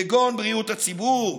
כגון בריאות הציבור,